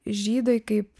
žydai kaip